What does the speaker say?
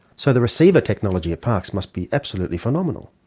so the receiver technology at parkes must be absolutely phenomenal.